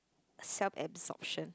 self absorption